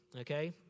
Okay